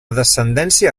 descendència